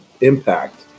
impact